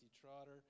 Trotter